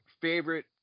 favorite